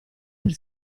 per